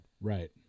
Right